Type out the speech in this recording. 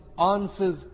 answers